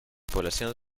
población